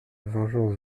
vengeance